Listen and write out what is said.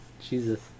Jesus